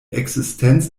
existenz